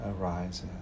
arises